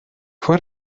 fue